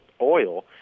oil